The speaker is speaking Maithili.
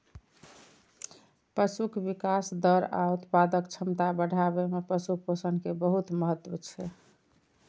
पशुक विकास दर आ उत्पादक क्षमता बढ़ाबै मे पशु पोषण के बहुत महत्व छै